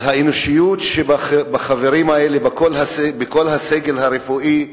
האנושיות שבחברים האלה, בכל הסגל הרפואי,